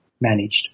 managed